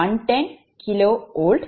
எனவே T111110𝑘V100𝑀VA xT10